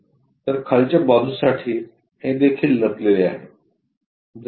तर खालच्या बाजूसाठी हे देखील लपलेले आहे